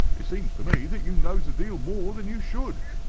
it seems to me that you knows a deal more than you should.